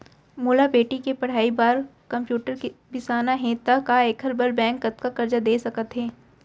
मोला बेटी के पढ़ई बार कम्प्यूटर बिसाना हे त का एखर बर बैंक कतका करजा दे सकत हे?